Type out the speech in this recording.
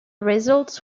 results